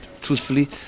truthfully